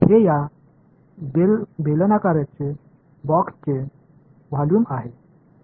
हे या बेलनाकार बॉक्सचे व्हॉल्यूम आहे